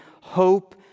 hope